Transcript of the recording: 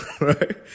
right